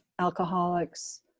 alcoholics